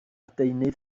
deunydd